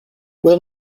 will